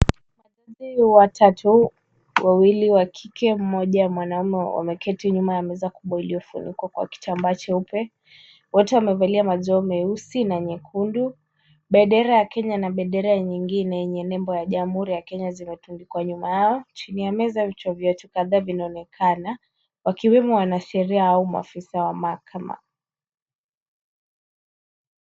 Majaji watoto wawili wakike mmoja mwanamume wameketi nyuma ya meza kubwa iliyofunikwa kwa kitambaa cheupe .Wote wamevalia maziwa meusi na nyekundu. Bendera ya Kenya na bendera ya nyingine yenye nembo ya Jamhuri ya Kenya zimetundikwa nyuma yao. Tuniamiza vichwa vyetu kadhaa vinaonekana. Wakiwemo wanasheria au maafisa wa mahakama.